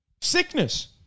Sickness